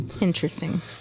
Interesting